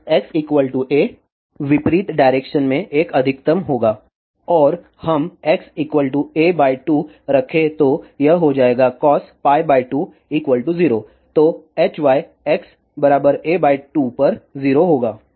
तो x a विपरीत direction में एक अधिकतम होगा और अगर हम x a2 रखें तो यह हो जाएगा cos π2 0 तो Hy x a2 पर 0 होगा